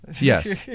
Yes